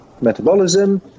metabolism